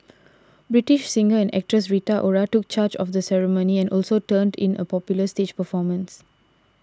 British singer and actress Rita Ora took charge of the ceremony and also turned in a popular stage performance